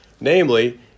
Namely